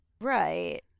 right